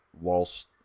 whilst